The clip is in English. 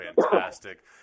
fantastic